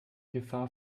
gefahr